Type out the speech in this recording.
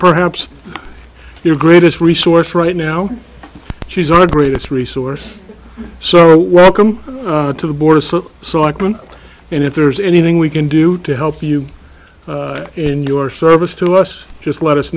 perhaps their greatest resource right now she's our greatest resource so welcome to the board so i can and if there's anything we can do to help you in your service to us just let us